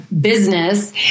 business